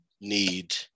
need